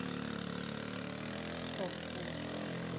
Stop po.